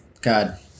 God